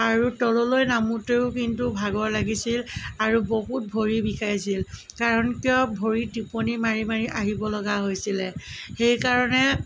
আৰু তললৈ নামোতেও কিন্তু ভাগৰ লাগিছিল আৰু বহুত ভৰি বিষাইছিল কাৰণ কিয় ভৰি টিপনি মাৰি মাৰি আহিব লগা হৈছিলে সেই কাৰণে